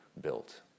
built